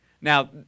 Now